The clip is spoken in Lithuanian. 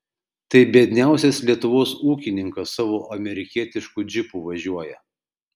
tai biedniausias lietuvos ūkininkas savo amerikietišku džipu važiuoja